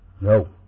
No